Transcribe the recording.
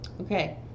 okay